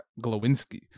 glowinski